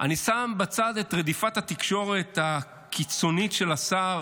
אני שם בצד את רדיפת התקשורת הקיצונית של השר,